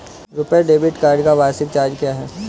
RuPay debit card का वार्षिक charge क्या है?